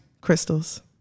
Crystals